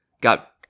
got